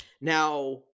Now